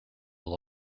will